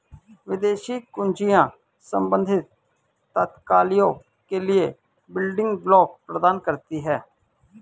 विदेशी कुंजियाँ संबंधित तालिकाओं के लिए बिल्डिंग ब्लॉक प्रदान करती हैं